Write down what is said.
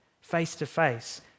face-to-face